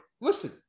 listen